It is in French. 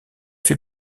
fait